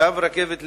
קו רכבת לאילת,